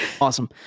Awesome